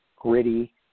gritty